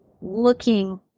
looking